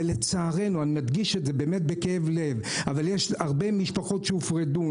ולצערנו אני מדגיש את זה בכאב לב יש הרבה משפחות שהופרדו,